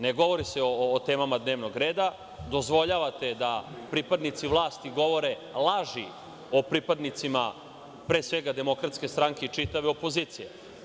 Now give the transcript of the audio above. Ne govori se o temama dnevnog reda, dozvoljavate da pripadnici vlasti govore laži o pripadnicima, pre svega DS i čitave opozicije.